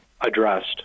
addressed